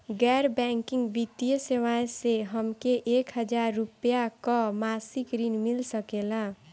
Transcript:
गैर बैंकिंग वित्तीय सेवाएं से हमके एक हज़ार रुपया क मासिक ऋण मिल सकेला?